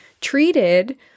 treated